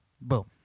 Boom